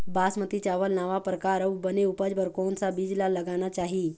बासमती चावल नावा परकार अऊ बने उपज बर कोन सा बीज ला लगाना चाही?